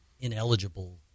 ineligible